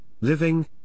living